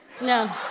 No